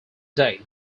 date